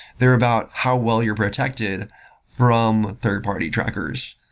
they're about how well you're protected from third party trackers.